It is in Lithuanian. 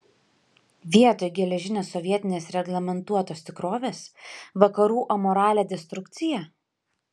vietoj geležinės sovietinės reglamentuotos tikrovės vakarų amoralią destrukciją